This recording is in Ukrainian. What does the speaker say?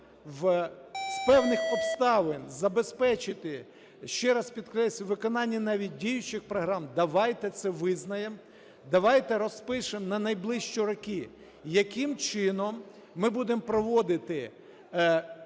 з певних обставин забезпечити, ще раз підкреслюю, виконання навіть діючих програм, давайте це визнаємо, давайте розпишемо на найближчі роки, яким чином ми будемо проводити